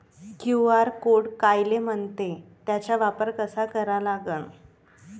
QR code कायले म्हनते, त्याचा वापर कसा करा लागन?